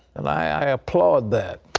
and i applaud that.